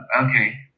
Okay